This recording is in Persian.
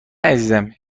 عزیزم